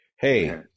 hey